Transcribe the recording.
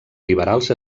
liberals